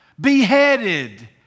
beheaded